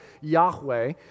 Yahweh